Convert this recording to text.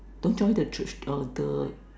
don't join the church uh the